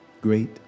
great